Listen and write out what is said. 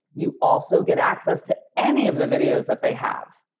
you also get access to any of the videos that they have.